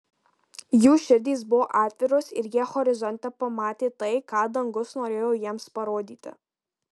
jų širdys buvo atviros ir jie horizonte pamatė tai ką dangus norėjo jiems parodyti